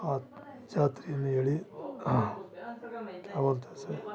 ಆ ಜಾತ್ರೆಯಲ್ಲಿ ಎಳಿ ಆವತ್ತು ದಿವ್ಸ